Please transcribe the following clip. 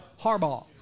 Harbaugh